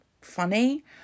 funny